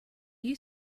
you